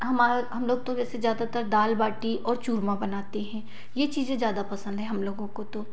हमार हम लोग तो वैसे ज़्यादातर दाल बाटी और चूरमा बनाते हैं ये चीज़ें ज़्यादा पसंद है हम लोगों को तो